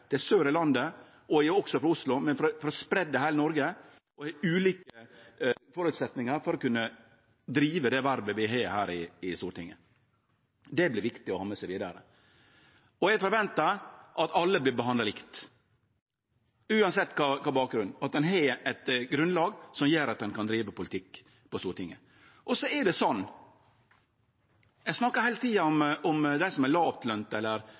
landet, også frå Oslo, spreidd i heile Noreg, og har ulike føresetnader for å kunne drive det vervet vi har her i Stortinget. Det vert viktig å ha med seg vidare. Eg forventar at alle vert behandla likt, uansett bakgrunn, og at ein har eit grunnlag som gjer at ein kan drive politikk på Stortinget. Ein snakkar heile tida om dei som er lågtlønte eller har løn under stortingsrepresentantane si, men det er også representantar som faktisk går ned i løn når dei